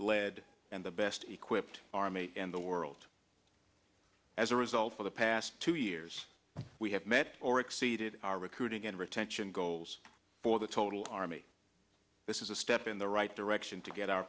led and the best equipped army in the world as a result of the past two years we have met or exceeded our recruiting and retention goals for the total army this is a step in the right direction to get our